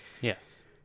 Yes